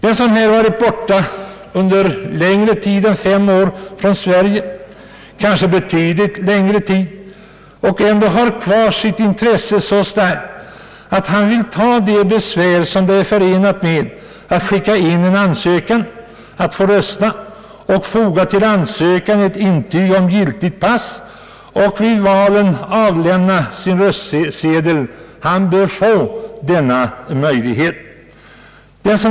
Den som har varit borta från Sverige längre tid än fem år — kanske betydligt längre tid — och ändå har kvar ett så starkt intresse att han vill underkasta sig det besvär som är förenat med att skicka in en ansökan att få rösta, att till denna ansökan foga ett intyg om giltigt pass och att vid valet avlämna sin röstsedel, han bör få denna möjlighet.